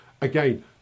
Again